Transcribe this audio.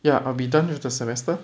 ya I'll be done with the semester